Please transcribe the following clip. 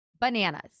bananas